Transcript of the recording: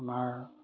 আমাৰ